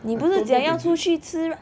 I don't know